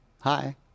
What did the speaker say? Hi